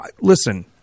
Listen